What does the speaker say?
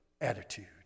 attitude